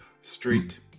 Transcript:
street